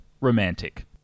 Romantic